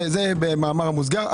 זה במאמר מוסגר.